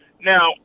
Now